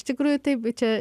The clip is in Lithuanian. iš tikrųjų taip čia